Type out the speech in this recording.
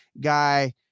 Guy